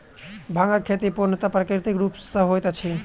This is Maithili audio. भांगक खेती पूर्णतः प्राकृतिक रूप सॅ होइत अछि